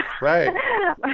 right